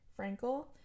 frankel